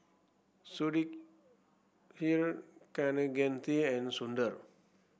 Sudhir Kaneganti and Sundar